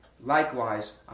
Likewise